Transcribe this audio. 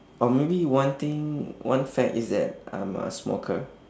or maybe one thing one fact is that I'm a smoker